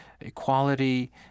equality